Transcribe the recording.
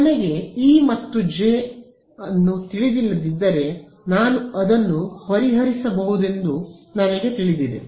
ನನಗೆ ಇ ಮತ್ತು ಜೆ ಅನ್ನು ತಿಳಿದಿಲ್ಲದಿದ್ದರೆ ನಾನು ಅದನ್ನು ಪರಿಹರಿಸಬಹುದೆಂದು ನನಗೆ ತಿಳಿದಿದೆ